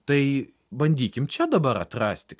tai bandykim čia dabar atrasti